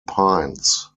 pines